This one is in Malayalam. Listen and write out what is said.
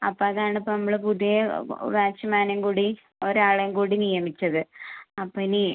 അപ്പോൾ അതാണിപ്പോൾ നമ്മള് പുതിയ വാച്ച്മാനെയും കൂടി ഒരാളെയും കൂടി നിയമിച്ചത് അപ്പോൾ ഇനി